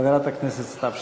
חברת הכנסת סתיו שפיר.